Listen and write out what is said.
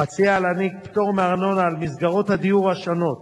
מציעה להעניק פטור מארנונה על מסגרות הדיור השונות,